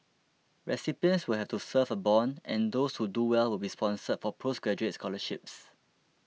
recipients will have to serve a bond and those who do well will be sponsored for postgraduate scholarships